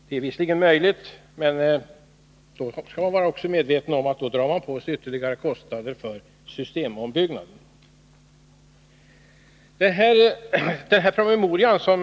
Det är visserligen möjligt, men då drar man på sig ytterligare kostnader för systemombyggnad — det skall man också vara medveten om.